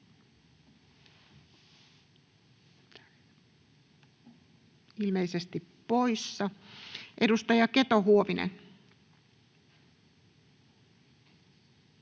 ilmeisesti poissa. Edustaja Keto-Huovinen.